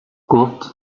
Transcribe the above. گفت